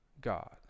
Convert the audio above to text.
God